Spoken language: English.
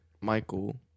Michael